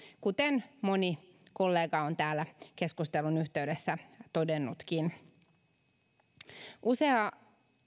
kuten moni kollega on täällä keskustelun yhteydessä todennutkin myös usea